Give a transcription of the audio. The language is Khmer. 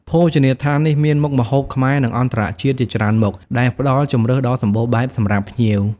ភោជនីយដ្ឋាននេះមានមុខម្ហូបខ្មែរ និងអន្តរជាតិជាច្រើនមុខ ដែលផ្ដល់ជម្រើសដ៏សម្បូរបែបសម្រាប់ភ្ញៀវ។